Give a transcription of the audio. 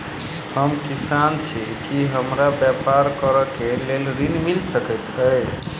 हम किसान छी की हमरा ब्यपार करऽ केँ लेल ऋण मिल सकैत ये?